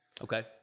Okay